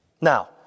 Now